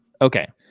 Okay